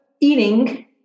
eating